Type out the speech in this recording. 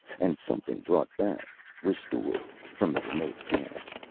and something brought back restored from the remote past.